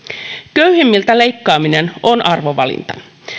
köyhimmiltä leikkaaminen on arvovalinta